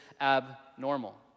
abnormal